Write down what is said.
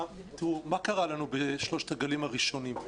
תראו, מה קרה לנו בשלושת הגלים הראשונים?